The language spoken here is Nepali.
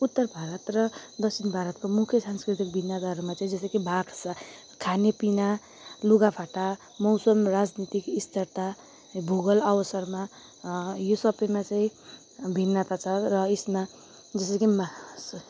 उत्तर भारत र दक्षिण भारतको मुख्य सांस्कृतिक भिन्नताहरूमा चाहिँ जस्तै कि भाषा खानापिना लुगाफाटा मौसम राजनीतिक स्थरता भुगोल अवसरमा यो सबैमा चाहिँ भिन्नता छ र यसमा जस्तो कि मा